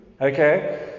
Okay